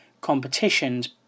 competitions